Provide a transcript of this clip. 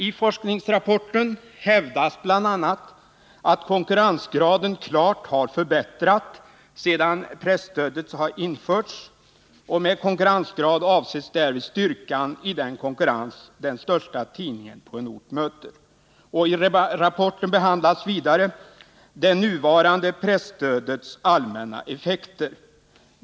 I forskningsrapporten Nr 115 hävdas bl.a. att konkurrensgraden klart har förbättrats sedan presstödet införts. Med konkurrensgrad avses därvid styrkan i den konkurrens den största tidningen på en ort möter. I rapporten behandlas vidare det nuvarande presstödets allmänna effekter.